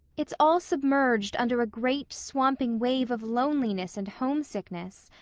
it's all submerged under a great, swamping wave of loneliness and homesickness.